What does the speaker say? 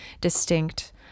distinct